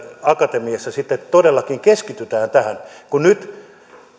akatemiassa sitten todellakin keskitytään tähän perustutkimukseen kun nyt